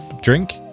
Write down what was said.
drink